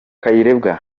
kayirebwa